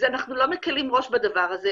ואנחנו לא מקלים ראש בדבר הזה.